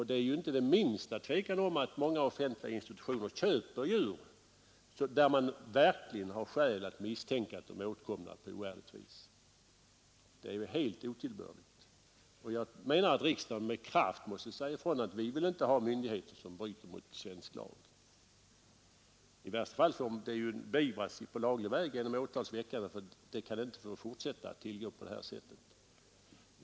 Det finns inte det minsta tvivel om att många offentliga institutioner köper djur där man verkligen har skäl att misstänka att de är åtkomna på oärligt vis. Det är ju helt otillbörligt. Jag menar att riksdagen med kraft måste säga ifrån att vi inte vill ha myndigheter som bryter mot svensk lag. I värsta fall får sådant beivras på laglig väg genom åtals väckande, för det kan inte få fortsätta att tillgå på det här sättet.